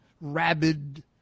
rabid